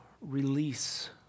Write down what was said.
release